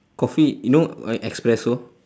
coffee you know like espresso